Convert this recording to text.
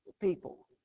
people